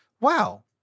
wow